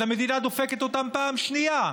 אז המדינה דופקת אותם פעם שנייה,